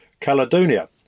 Caledonia